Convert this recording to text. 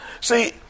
see